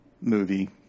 movie